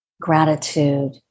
gratitude